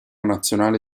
nazionale